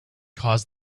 caused